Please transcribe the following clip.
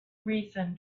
reason